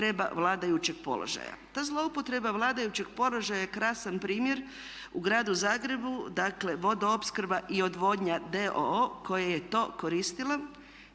zlouporaba vladajućeg položaja je krasan primjer u Gradu Zagrebu dakle Vodoopskrba i odvodnja d.o.o. koja je to koristila.